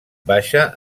baixa